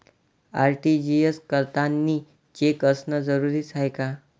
RTGS करतांनी cheque असनं जरुरीच हाय का?